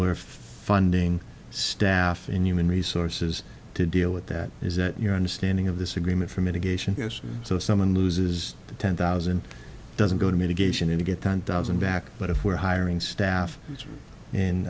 we're funding staff in human resources to deal with that is that your understanding of this agreement for mitigation so if someone loses the ten thousand doesn't go to mitigate you need to get on thousand back but if we're hiring staff